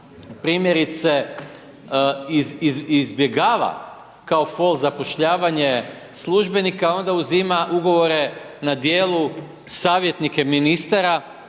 primjerice izbjegava kao fol zapošljavanje službenika a onda uzima ugovore na djelu, savjetnike ministara